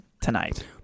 tonight